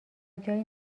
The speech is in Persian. جایی